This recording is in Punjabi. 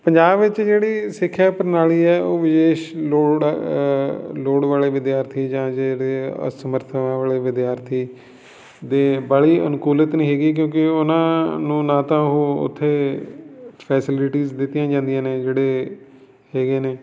ਪੰਜਾਬ ਵਿੱਚ ਜਿਹੜੀ ਸਿੱਖਿਆ ਪ੍ਰਣਾਲੀ ਹੈ ਉਹ ਵਿਸ਼ੇਸ਼ ਲੋੜ ਲੋੜ ਵਾਲੇ ਵਿਦਿਆਰਥੀ ਜਾਂ ਜਿਹੜੇ ਅਸਮੱਰਥਾ ਵਾਲੇ ਵਿਦਿਆਰਥੀ ਦੇ ਬਾਹਲੀ ਅਨੁਕੂਲਤ ਨਹੀਂ ਹੈਗੀ ਕਿਉਂਕਿ ਉਹਨਾਂ ਨੂੰ ਨਾ ਤਾਂ ਉਹ ਉੱਥੇ ਫੈਸਲਿਟੀਜ਼ ਦਿੱਤੀਆਂ ਜਾਂਦੀਆਂ ਨੇ ਜਿਹੜੇ ਹੈਗੇ ਨੇ